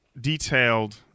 detailed